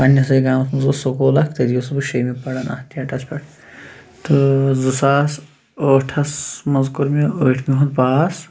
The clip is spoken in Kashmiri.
پنٛنِسٕے گامَس منٛز اوس سکوٗل اَکھ تٔتی اوسُس بہٕ شیٚیمہِ پران اتھ ڈیٹَس پٮ۪ٹھ تہٕ زٕ ساس ٲٹھَس منٛز کوٚر مےٚ ٲٹھمہِ ہُنٛد پاس